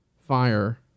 fire